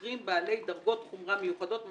מיוחד במקרים בעלי דרגות חומרה מיוחדת.